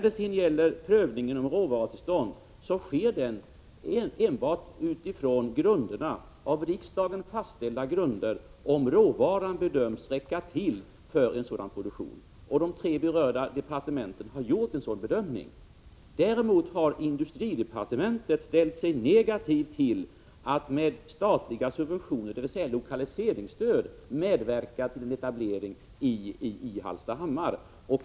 Beträffande prövningen av råvarutillstånd vill jag säga att den sker enbart utifrån av riksdagen fastställda grunder — om råvaran bedöms räcka till för en sådan produktion — och de tre berörda departementen har gjort en sådan bedömning. Däremot har industridepartementet ställt sig negativt till att med statliga subventioner, dvs. lokaliseringsstöd, medverka till en etablering i Hallstahammar.